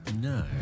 No